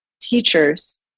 teachers